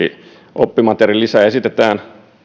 oppimateriaalilisä esitetään